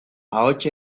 ahots